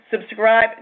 subscribe